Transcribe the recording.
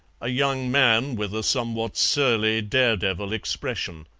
a young man with a somewhat surly dare-devil expression.